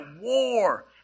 war